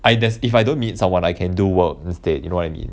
I there's if I don't meet someone I can do work instead you know what I mean